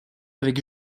avec